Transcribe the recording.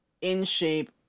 in-shape